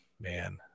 man